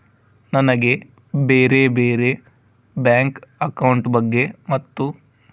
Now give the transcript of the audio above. ನನಗೆ ಬ್ಯಾರೆ ಬ್ಯಾರೆ ಬ್ಯಾಂಕ್ ಅಕೌಂಟ್ ಬಗ್ಗೆ ಮತ್ತು?